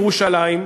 ירושלים,